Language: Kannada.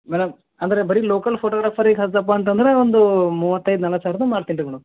ಮೇಡಮ್ ಅಂದರೆ ಬರಿ ಲೋಕಲ್ ಫೋಟೋಗ್ರಾಫರಿಗೆ ಹಚ್ಚದಪ್ಪ ಅಂತಂದರೆ ಒಂದು ಮೂವತ್ತೈದು ನಲವತ್ತು ಸಾವಿರದಾಗ ಮಾಡ್ತಿನಿ ರೀ ಮೇಡಮ್